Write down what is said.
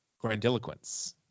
Grandiloquence